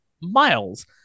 Miles